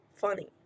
funny